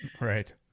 Right